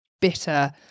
bitter